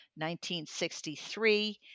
1963